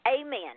Amen